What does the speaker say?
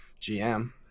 GM